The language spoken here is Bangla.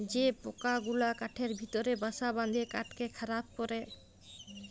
যে পকা গুলা কাঠের ভিতরে বাসা বাঁধে কাঠকে খারাপ ক্যরে